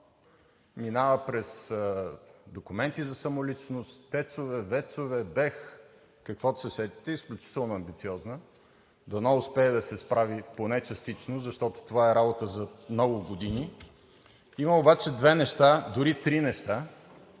минава през документи за самоличност, ТЕЦ-ове, ВЕЦ-ове, БЕХ, каквото се сетите, изключително амбициозна, дано успее да се справи поне частично, защото това е работа за много години. Има обаче две неща, дори три неща,